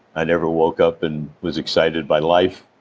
i never woke up and was excited by life,